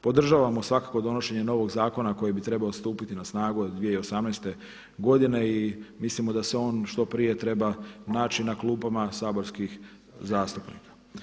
Podržavamo svakako donošenje novog zakona koji bi trebao stupiti na snagu od 2018. godine i mislimo da se on što prije treba naći na klupama saborskih zastupnika.